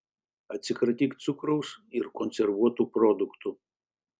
atsikratyk cukraus ir konservuotų produktų